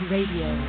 Radio